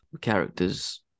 characters